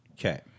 Okay